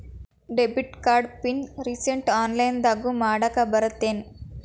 debit card pin ರಿಸೆಟ್ನ ಆನ್ಲೈನ್ದಗೂ ಮಾಡಾಕ ಬರತ್ತೇನ್